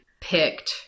picked